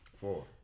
Four